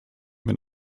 wenn